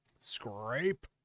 Scrape